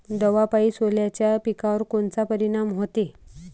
दवापायी सोल्याच्या पिकावर कोनचा परिनाम व्हते?